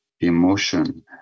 emotion